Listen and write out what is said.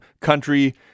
country